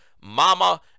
mama